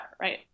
right